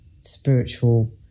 spiritual